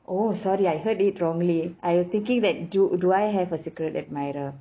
oh sorry I heard it wrongly I was thinking that do do I have a secret admirer